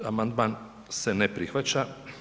Amandman se ne prihvaća.